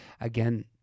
Again